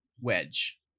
Wedge